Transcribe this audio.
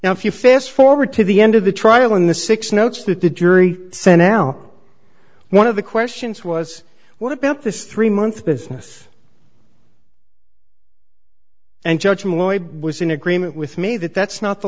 you fast forward to the end of the trial in the six notes that the jury sent out one of the questions was what about this three month business and judge malloy was in agreement with me that that's not the